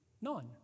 None